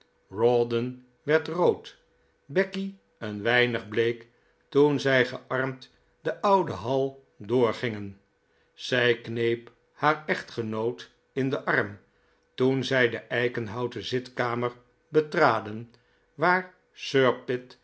rawdon werd rood becky een weinig bleek toen zij gearmd de oude hal doorgingen zij kneep haar echtgenoot in den arm toen zij de eikenhouten zitkamer betraden waar